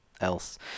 else